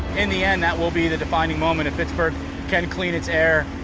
in the end, that will be the defining moment, if pittsburgh can clean its air,